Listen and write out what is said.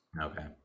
Okay